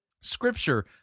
Scripture